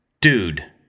dude